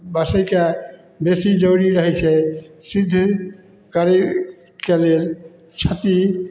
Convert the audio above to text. बसैके बेसी जरुरी रहै छै सिद्ध करैके लेल क्षति